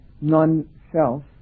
non-self